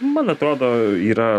man atrodo yra